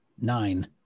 Nine